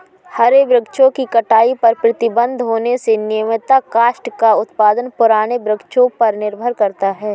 हरे वृक्षों की कटाई पर प्रतिबन्ध होने से नियमतः काष्ठ का उत्पादन पुराने वृक्षों पर निर्भर करता है